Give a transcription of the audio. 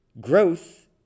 growth